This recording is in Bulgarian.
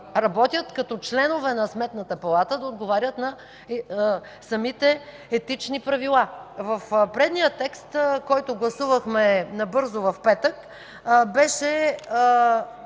работят като членове на Сметната палата, да отговарят на самите Етични правила. В предния текст, който гласувахме набързо в петък, беше